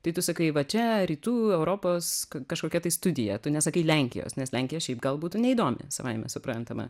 tai tu sakai va čia rytų europos kažkokia tai studija tu nesakai lenkijos nes lenkija šiaip gal būtų neįdomi savaime suprantama